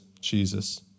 Jesus